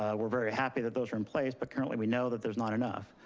ah we're very happy that those are in place, but currently we know that there's not enough.